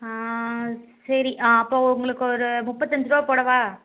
சரி அப்போ உங்களுக்கு ஒரு முப்பத்தஞ்சு ரூவா போடவா